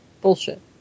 Bullshit